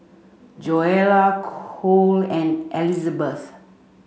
Joella Cole and Elisabeth